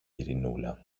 ειρηνούλα